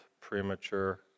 premature